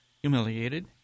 humiliated